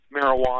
marijuana